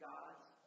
God's